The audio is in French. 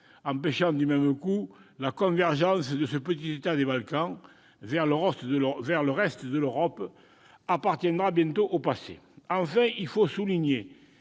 empêchant, du même coup, la convergence de ce petit État des Balkans vers le reste de l'Europe, appartiendra bientôt au passé. Enfin, il faut saluer